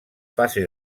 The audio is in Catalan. fase